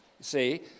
See